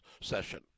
session